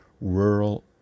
rural